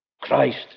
Christ